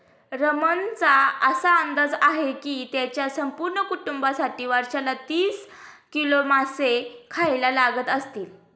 रमणचा असा अंदाज आहे की त्याच्या संपूर्ण कुटुंबासाठी वर्षाला तीस किलो मासे खायला लागत असतील